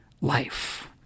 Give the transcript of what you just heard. life